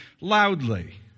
loudly